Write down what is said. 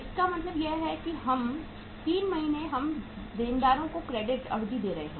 इसका मतलब है कि 3 महीने हम देनदारों को क्रेडिट अवधि दे रहे हैं